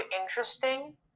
interesting